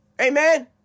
Amen